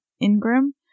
Ingram